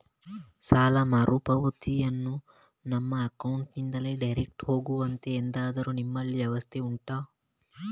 ಸಾಲ ಮರುಪಾವತಿಯನ್ನು ನಮ್ಮ ಅಕೌಂಟ್ ನಿಂದಲೇ ಡೈರೆಕ್ಟ್ ಹೋಗುವಂತೆ ಎಂತಾದರು ನಿಮ್ಮಲ್ಲಿ ವ್ಯವಸ್ಥೆ ಉಂಟಾ